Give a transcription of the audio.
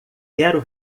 quero